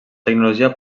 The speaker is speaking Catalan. tecnologia